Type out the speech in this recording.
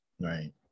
right